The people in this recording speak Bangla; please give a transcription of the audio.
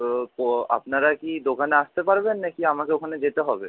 তো তো আপনারা কি দোকানে আসতে পারবেন না কি আমাকে ওখানে যেতে হবে